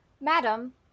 Madam